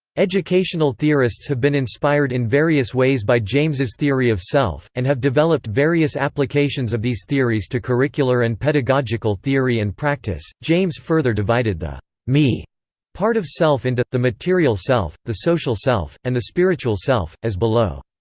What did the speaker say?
educational theorists have been inspired in various ways by james's theory of self, and have developed various applications of these theories to curricular and pedagogical theory and practice james further divided the me part of self into the material self, the social self, and the spiritual self, as below.